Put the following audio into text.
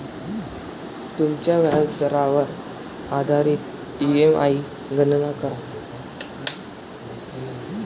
तुमच्या व्याजदरावर आधारित ई.एम.आई गणना करा